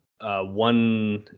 one